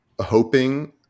hoping